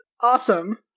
Awesome